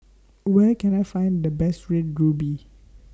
Where Can I Find The Best Red Ruby